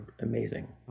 amazing